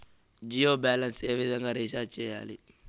Jio balance ఏ విధంగా recharge సేయాలి?